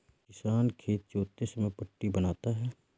किसान खेत जोतते समय पट्टी बनाता है